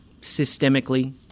systemically